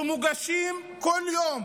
ומוגשים כל יום